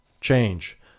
change